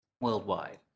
worldwide